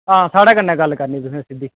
आं साढ़े कन्नै गल्ल करनी तुसें सिद्धी